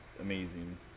amazing